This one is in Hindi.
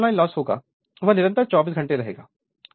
जो भी आयरन लॉस होगा वह निरंतर 24 घंटे रहेगा